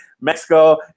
Mexico